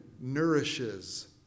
nourishes